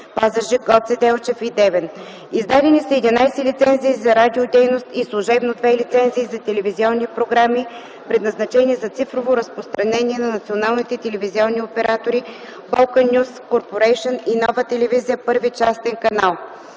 Пазарджик, Гоце Делчев и Девин. Издадени са 11 лицензии за радио-дейност и служебно две лицензии за телевизионни програми, предназначени за цифрово разпространение на националните телевизионни оператори „Болкан Нюз Корпорейшън” и „Нова телевизия – Първи частен канал”.